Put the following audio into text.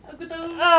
aku tahu